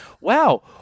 wow